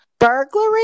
Burglary